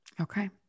Okay